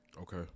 Okay